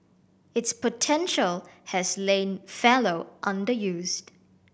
its potential has lain fallow underused